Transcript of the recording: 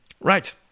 Right